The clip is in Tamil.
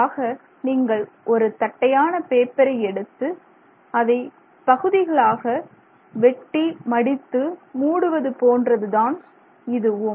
பொதுவாக நீங்கள் ஒரு தட்டையான பேப்பரை எடுத்து அதை பகுதிகளாக வெட்டி மடித்து மூடுவது போன்றது தான் இதுவும்